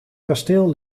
kasteel